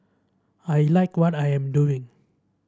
I like what I am doing